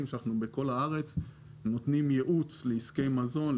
שאנחנו נותנים ייעוץ בכל הארץ לעסקי מזון,